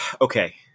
okay